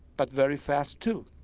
but very fast too.